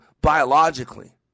biologically